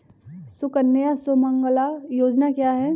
सुकन्या सुमंगला योजना क्या है?